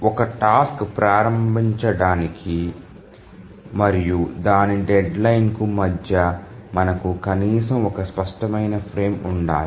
ఒక టాస్క్ ప్రారంభానికి మరియు దాని డెడ్లైన్కు మధ్య మనకు కనీసం ఒక స్పష్టమైన ఫ్రేమ్ ఉండాలి